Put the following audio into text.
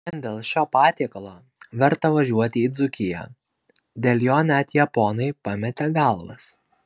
vien dėl šio patiekalo verta važiuoti į dzūkiją dėl jo net japonai pametė galvas